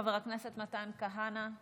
חבר הכנסת מתן כהנא,